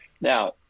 Now